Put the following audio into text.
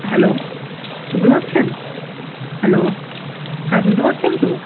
hello শুনতে পাচ্ছেন hello হ্যাঁ শুনতে পাচ্ছেন তো